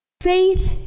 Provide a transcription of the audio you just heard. Faith